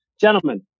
Gentlemen